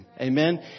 Amen